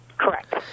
Correct